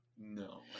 No